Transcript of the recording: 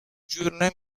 جوره